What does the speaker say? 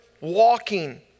walking